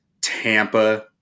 Tampa